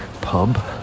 pub